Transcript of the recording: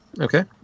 okay